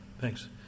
Thanks